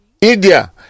India